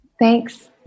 Thanks